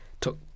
took